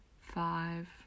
five